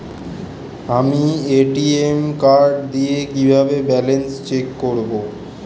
আমি ATM card দিয়ে কিভাবে ব্যালেন্স চেক করব?